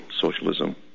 socialism